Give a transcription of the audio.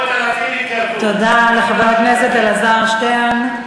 מאות אלפים התקרבו, תודה לחבר הכנסת אלעזר שטרן.